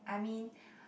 I mean